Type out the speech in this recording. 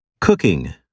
Cooking